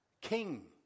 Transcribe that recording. King